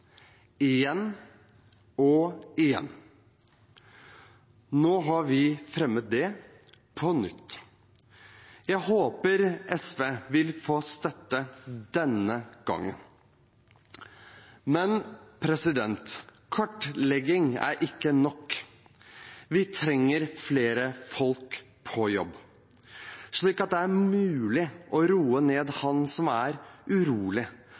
og igjen. Nå har vi fremmet det på nytt. Jeg håper SV vil få støtte denne gangen. Men kartlegging er ikke nok. Vi trenger flere folk på jobb, slik at det er mulig å roe ned han som er urolig